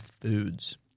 Foods